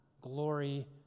glory